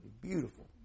beautiful